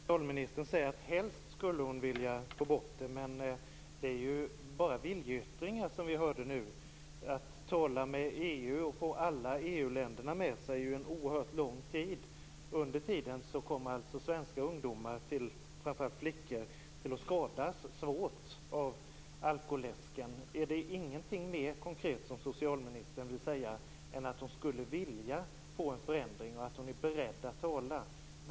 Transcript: Herr talman! Socialministern säger att hon helst skulle vilja få bort dessa produkter, men det som vi fick höra var ju bara viljeyttringar. Att tala med EU och få med sig alla EU-länder tar oerhört lång tid i anspråk, och under tiden kommer svenska ungdomar, framför allt flickor, att skadas svårt av alkoläsken. Kan socialministern inte säga någonting mer konkret än att hon skulle vilja få till stånd en förändring och att hon är beredd att föra frågan på tal?